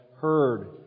heard